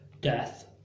death